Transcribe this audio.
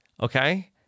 okay